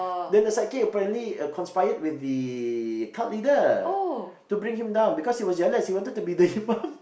then the sidekick apparently conspired with the cult leader to bring him down because he was jealous he wanted to be the imam